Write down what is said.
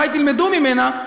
אולי תלמדו ממנה,